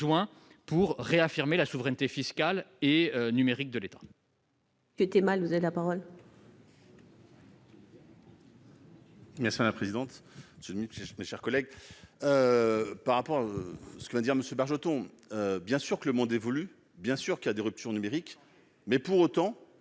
pour réaffirmer la souveraineté fiscale et numérique de l'État.